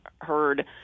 heard